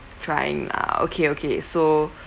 trying lah okay okay so